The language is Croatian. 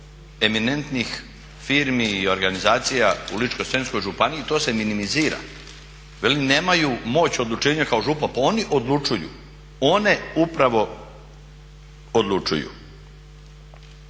eminentnih firmi i organizacija u Ličko-senjskoj županji, to se minimizira. Veli nemaju moć odlučivanja kao župan, pa oni odlučuju, one upravo odlučuju.